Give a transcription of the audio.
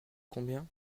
combien